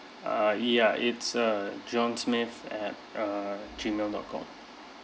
uh ya it's uh john smith at uh Gmail dot com